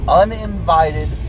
uninvited